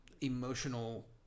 emotional